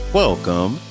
welcome